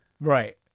Right